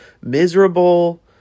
miserable